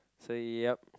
so yup